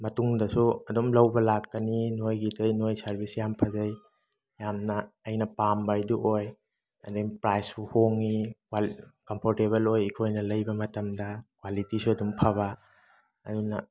ꯃꯇꯨꯡꯗꯁꯨ ꯑꯗꯨꯝ ꯂꯧꯕ ꯂꯥꯛꯀꯅꯤ ꯅꯣꯏꯒꯤꯗꯩ ꯅꯣꯏ ꯁꯥꯔꯕꯤꯁꯁꯤ ꯌꯥꯝ ꯐꯖꯩ ꯌꯥꯝꯅ ꯑꯩꯅ ꯄꯥꯝꯕ ꯍꯥꯏꯗꯨ ꯑꯣꯏ ꯑꯗꯩ ꯄ꯭ꯔꯥꯏꯖꯁꯨ ꯍꯣꯡꯉꯤ ꯀꯝꯐꯣꯔꯇꯦꯕꯜ ꯑꯣꯏ ꯑꯩꯈꯣꯏꯅ ꯂꯩꯕ ꯃꯇꯝꯗ ꯀ꯭ꯋꯥꯂꯤꯇꯨꯁꯨ ꯑꯗꯨꯝ ꯐꯥꯕ ꯑꯗꯨꯅ